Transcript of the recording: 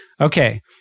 Okay